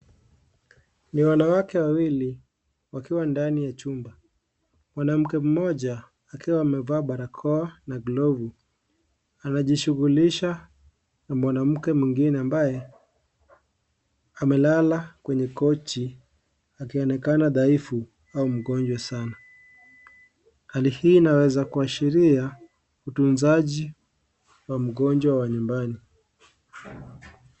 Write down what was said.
Ni wanawake wawili wakiwa ndani ya chumba, mwnamke mmoja akiwa amevaa barakoa, glovu, anajishugulisha, na mwanamke mwingine ambaye, amelala kwenye kochi, akionekana thaifu, au mgonjw mgonjwa sana, hali hii inaweza kuashiria, utunzaji, wa mgonjwa wa nyumbani.